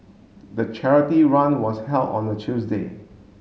the charity run was held on a Tuesday